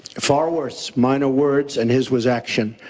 far worse. mine are words and his was action.